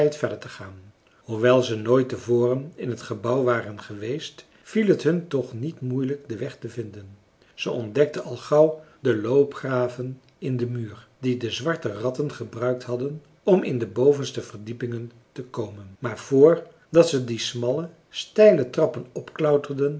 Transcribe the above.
verder te gaan hoewel ze nooit te voren in het gebouw waren geweest viel het hun toch niet moeilijk den weg te vinden zij ontdekten al gauw de loopgraven in den muur die de zwarte ratten gebruikt hadden om in de bovenste verdiepingen te komen maar vr dat ze die smalle steile trappen opklauterden